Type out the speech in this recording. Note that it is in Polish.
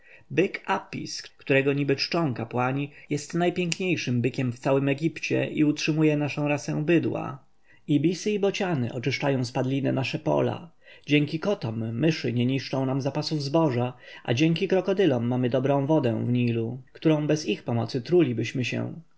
apis którego niby czczą kapłani jest najpiękniejszym bykiem w całym egipcie i utrzymuje naszą rasę bydła ibisy i bociany oczyszczają z padliny nasze pola dzięki kotom myszy nie niszczą nam zapasów zboża a dzięki krokodylom mamy dobrą wodę w nilu którą bez ich pomocy trulibyśmy się